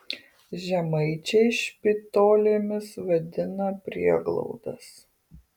žemaičiai špitolėmis vadina prieglaudas